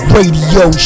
Radio